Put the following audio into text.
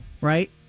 right